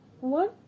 One